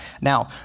Now